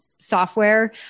software